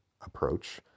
approach